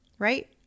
right